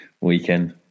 weekend